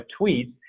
tweets